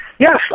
Yes